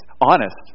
Honest